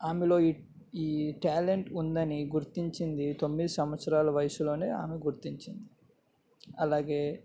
ఆమెలో ఈ ఈ ట్యాలెంట్ ఉందని గుర్తించింది తొమ్మిది సంవత్సరాల వయసులోనే ఆమె గుర్తించింది అలాగే